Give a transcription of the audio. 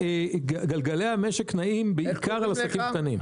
גלגלי המשק נעים בעיקר על עסקים קטנים.